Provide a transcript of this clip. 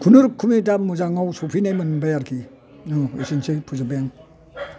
खुनुरुखुमै दा मोजाङाव सफैनाय मोनबाय आरोखि एसेनोसै फोजोब्बाय आं